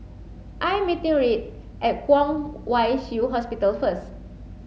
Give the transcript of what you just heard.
I am meeting Reid at Kwong Wai Shiu Hospital first